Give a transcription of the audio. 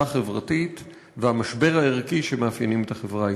החברתית ועם המשבר הערכי שמאפיינים את החברה הישראלית.